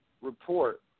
report